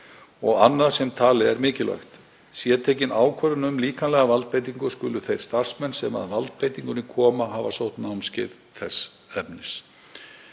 og annað sem talið er mikilvægt. Sé tekin ákvörðun um líkamlega valdbeitingu skulu þeir starfsmenn sem að valdbeitingunni koma hafa sótt námskeið þess efnis.